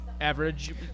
average